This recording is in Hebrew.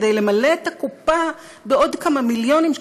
כדי למלא את הקופה בעוד כמה מיליונים,